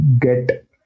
get